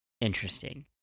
Interesting